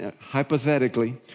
hypothetically